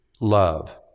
love